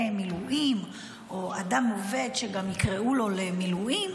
מילואים או אדם עובד שגם יקראו לו למילואים,